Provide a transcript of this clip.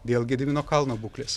dėl gedimino kalno būklės